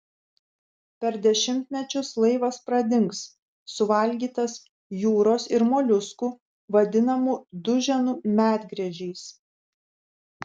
per dešimtmečius laivas pradings suvalgytas jūros ir moliuskų vadinamų duženų medgręžiais